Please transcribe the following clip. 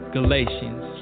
Galatians